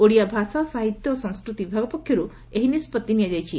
ଓଡ଼ିଆ ଭାଷା ସାହିତ୍ୟ ଓ ସଂସ୍କୃତି ବିଭାଗ ପକ୍ଷରୁ ଏହି ନିଷ୍ବଭି ନିଆଯାଇଛି